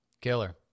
Killer